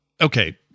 okay